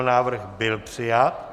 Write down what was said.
Návrh byl přijat.